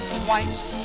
twice